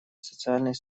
социальной